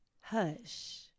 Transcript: hush